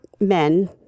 men